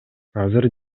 азыр